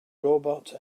robot